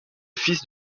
fils